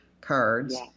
cards